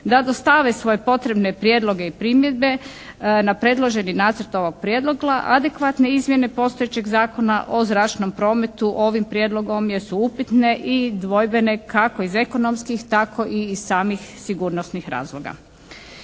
da dostave svoje potrebne prijedloge i primjedbe na predloženi nacrt ovog prijedloga. Adekvatne izmjene postojećeg Zakona o zračnom prometu ovim prijedlogom jesu upitne i dvojbene kako iz ekonomskih tako i iz samih sigurnosnih razloga.